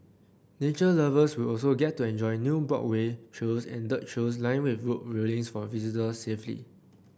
nature lovers will also get to enjoy new boardwalk trails and dirt trails lined with rope railings for visitor safety